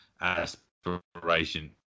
aspiration